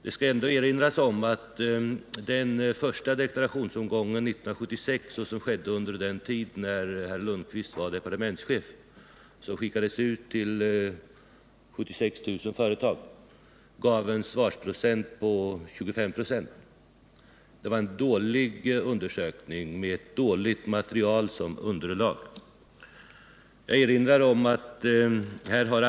Det bör erinras om att i den första deklarationsomgången 1976, som skedde under den tid då herr Lundkvist var departementschef, skickade man ut frågeformulär till 76 000 företag. 25 26 svarade. Det var en dålig undersökning som gav ett dåligt material.